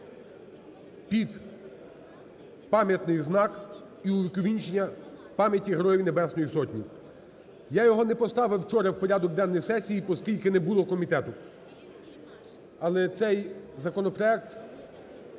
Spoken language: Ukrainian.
під пам'ятний знак і увіковічення пам'яті Героїв Небесної Сотні. Я його не поставив вчора в порядок денний сесії, поскільки не було комітету. Але цей законопроект